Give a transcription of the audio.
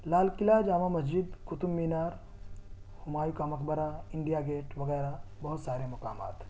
لال قلعہ جامع مسجد قطب مینار ہمایوں کا مقبرہ India Gate وغیرہ بہت سارے مقامات ہیں